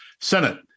Senate